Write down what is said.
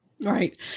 Right